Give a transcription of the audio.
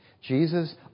Jesus